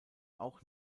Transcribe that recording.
auch